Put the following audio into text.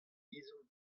ezhomm